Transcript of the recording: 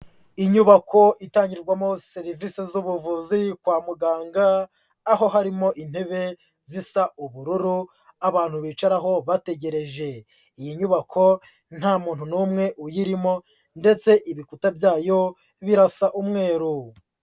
Inyubako itangirwamo serivise z'ubuvuzi kwa muganga, aho harimo intebe zisa ubururu abantu bicaraho bategereje. Iyi nyubako ntamuntu n'umwe uyirimo ndetse ibikuta byayo birasa umweru.